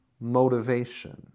motivation